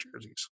jerseys